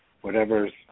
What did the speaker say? whatever's